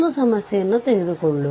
ಅದನ್ನು ಹೇಗೆ ಮಾಡುವುದು